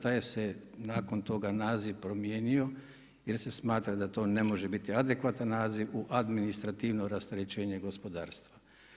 Taj se nakon toga naziv promijenio, jer se smatra da to ne može biti adekvatan naziv u administrativno rasterećenje gospodarstva.